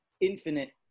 infinite